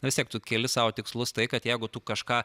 nu vis tiek tu keli sau tikslus tai kad jeigu tu kažką